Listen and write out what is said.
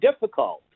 difficult